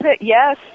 yes